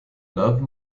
love